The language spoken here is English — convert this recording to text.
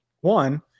one